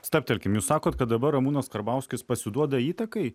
stabtelkim jūs sakot kad dabar ramūnas karbauskis pasiduoda įtakai